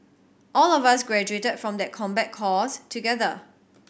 all of us graduated from that combat course together